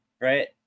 right